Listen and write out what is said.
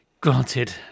Granted